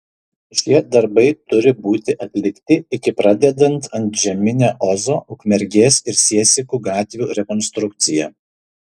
šie darbai turi būti atlikti iki pradedant antžeminę ozo ukmergės ir siesikų gatvių rekonstrukciją